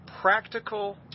Practical